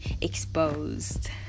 exposed